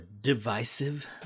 divisive